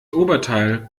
oberteil